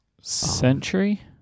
Century